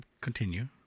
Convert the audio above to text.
continue